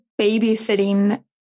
babysitting